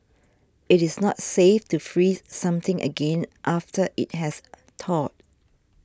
it is not safe to freeze something again after it has thawed